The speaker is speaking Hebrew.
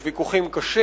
יש ויכוחים קשים,